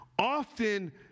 often